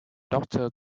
doctor